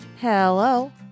hello